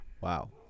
Wow